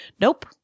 Nope